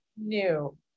new